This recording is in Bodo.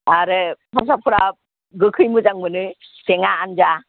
आरो हारसाफोरा गोखै मोजां मोनो टेङा आन्जा